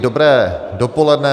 Dobré dopoledne.